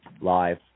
live